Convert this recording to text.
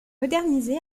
modernisé